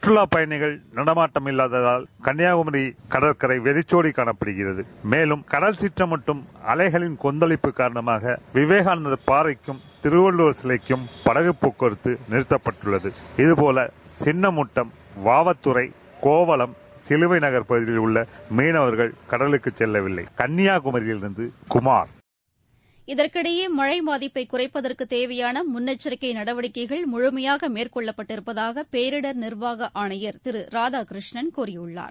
சுற்றலாப்பயணிகள் நடமாட்டம் இல்லாததால் கன்னியாகுமரி கடற்களர வெறிச்சோடி காணப்படுகிறது மேலும் கடல்சீற்றம் மற்றம் அலைகள் திருவள்ளுவர் சிலைக்கும் படகு போக்குவரத்து நிறுத்தப்பட்டுள்ளது இதுபோல சின்னமுட்டம் வாவத்துறை னேவளம் சிலுவை நகர் பகுதியில் உள்ள மீனவர்கள் கடலுக்கு செல்லவில்லை கன்னியாகுமரியிலிருந்து குமார் இதற்கிடையே மழை பாதிப்பை குறைப்பதற்கு தேவையான முன்னெச்சரிக்கை நடவடிக்கைகள் முழுமையாக மேற்கொள்ளப்பட்டிருப்பதாக பேரிடர் நிர்வாக ஆணையர் திரு ராதாகிருஷ்ணன் கூறியுள்ளார்